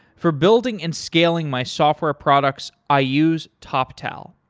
for building and scaling my software products i use toptal.